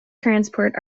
transport